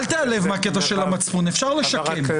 אל תיעלב מהקטע של המצפון, אפשר לשקם.